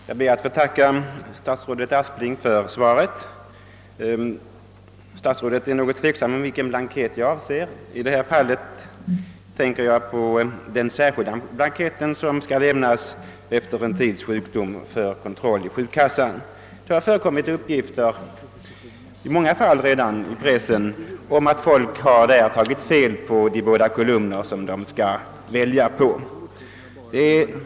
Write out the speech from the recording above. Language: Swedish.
Herr talman! Jag ber att få tacka statsrådet Aspling för svaret på min fråga. Statsrådet är något tveksam om vilken blankett jag avser. Jag tänker i detta fall på den särskilda blankett som skall lämnas efter en viss tids sjukdom för sjukkassans kontroll. Det har redan förekommit många uppgifter i pressen om fall då personer förväxlat de båda kolumner som de har att välja mellan när de fyller i blanketten.